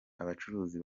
abacuruzi